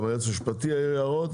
גם היועץ המשפטי יעיר הערות,